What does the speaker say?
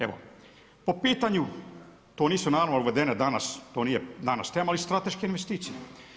Evo, po pitanju to nisu naravno uvedene, danas, to nije danas tema, ali strateške investicije.